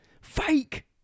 Fake